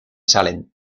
salem